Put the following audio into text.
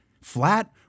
Flat